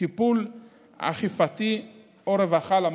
טיפול אכיפתי או רווחתי למשפחה.